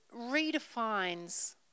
redefines